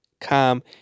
come